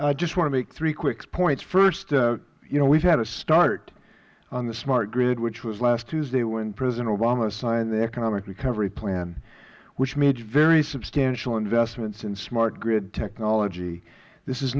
i just want to make three quick points first you know we have had a start on the smart grid which was last tuesday when president obama signed the economic recovery plan which made very substantial investments in smart grid technology this is